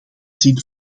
zin